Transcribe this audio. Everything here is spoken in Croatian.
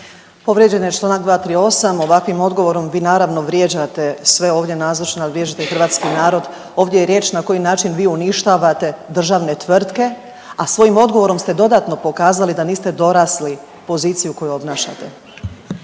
Povrijeđen je čl. 238., ovakvim odgovorom vi naravno vrijeđate sve ovdje nazočne, a vrijeđate hrvatski narod. Ovdje je riječ na koji način vi uništavate državne tvrtke, a svojim odgovorom ste dodatno pokazali da niste dorasli poziciji koju obnašate.